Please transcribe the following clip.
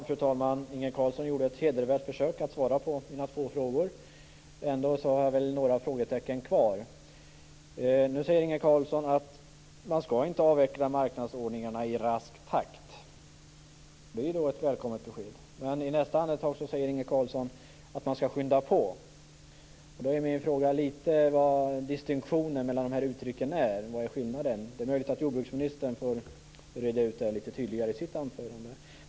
Fru talman! Inge Carlsson gjorde ett hedervärt försök att svara på mina två frågor. Ändå kvarstår några frågetecken. Nu säger Inge Carlsson att man inte skall avveckla marknadsordningarna i rask takt. Det är ett välkommet besked. Men i nästa andetag säger Inge Carlsson att man skall skynda på. Min fråga gäller distinktionen mellan dessa uttryck. Vad är skillnaden? Det är möjligt att jordbruksministern får reda ut detta litet tydligare i sitt anförande.